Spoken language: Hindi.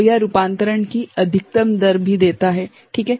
तो यह रूपांतरण की अधिकतम दर भी देता है ठीक है